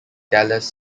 dallas